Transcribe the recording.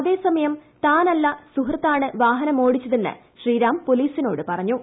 അതേസമയം താനല്ല സുഹൃത്താണ് വാഹനമോടിച്ചതെന്ന് ശ്രീറാം പൊലീസിനോട് പറഞ്ഞു